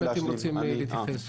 אם אתם רוצים להתייחס.